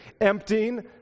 emptying